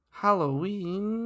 Halloween